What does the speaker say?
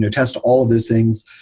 test all of those things.